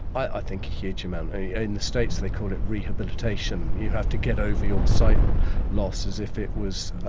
i think huge amount. in the states they call it rehabilitation, you have to get over your sight loss as if it was